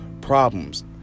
problems